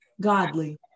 Godly